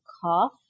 cough